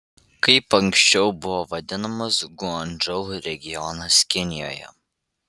kaip anksčiau buvo vadinamas guangdžou regionas kinijoje